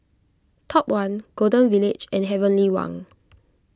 Top one Golden Village and Heavenly Wang